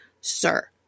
sir